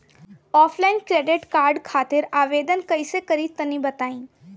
Offline credit card खातिर आवेदन कइसे करि तनि बताई?